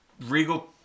Regal